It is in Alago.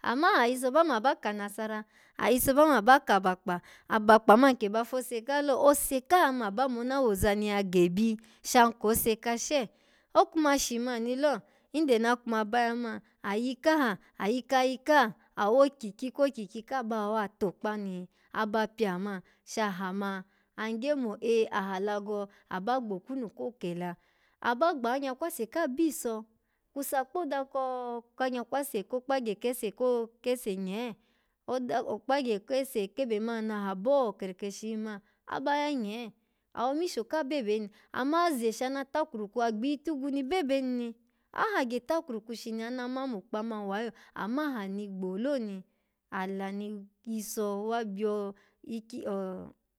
Amma aha yiso ba ma ba kanasara, ayiso ba maba kabakpa abakpa man ke ba fose ka lo ose ka me aba mona woza ni ya gebi, shan kose kashe okuma shi mani lo inde na kuma ba ya man ayi kaha, ayi kayi ka, awokyikyi kokyikyi ka ba wawa tokpa ni aba pyaman shaha ma an gye mo eh aha alago aba gbokunu ko kela aba gbawanyakwase ka biso kusa kpoda ko-kanya kwase ko kpagye kese ko-kese nye, oda-okpagye kese nye kebe man naha bo karkashi hin man, aba ya nye, awomisho ka bebeni amma aze shana takurku, agbiyi tugwu ni bebeni ni, ahagye takurku shini ana ma mokpa man wa yo, aha ni gbo lo ni, ala ni yiso wa byo ikyi.